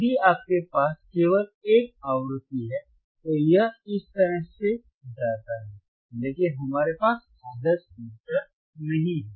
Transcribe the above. यदि आपके पास केवल एक आवृत्ति है तो यह इस तरह से जाता है लेकिन हमारे पास आदर्श फ़िल्टर नहीं है